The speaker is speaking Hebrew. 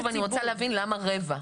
אני רוצה להבין למה רבע,